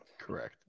Correct